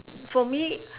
for me